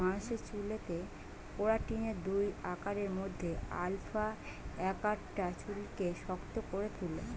মানুষের চুলেতে কেরাটিনের দুই আকারের মধ্যে আলফা আকারটা চুলকে শক্ত করে তুলে